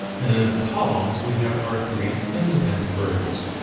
and in the columns we have our three independent variables.